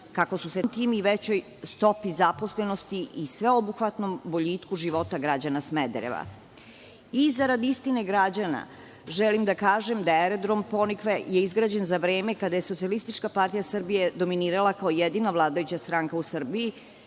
a samim tim i veću stopu zaposlenosti i sveobuhvatnom boljitku života građana Smedereva.Za rad istine građana, želim da kažem da je Aerodrom Ponikve je izgrađen za vreme kada je SPS dominirala kao jedina vladajuća stranka u Srbiji